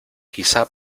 quizá